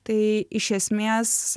tai iš esmės